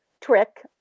trick